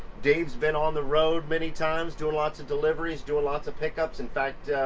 dave's been on the road many times doing lots of deliveries, doing lots of pickups. in fact,